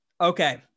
Okay